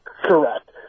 Correct